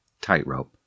Tightrope